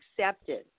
accepted